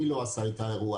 מי לא עשה את האירוע.